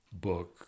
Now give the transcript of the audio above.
book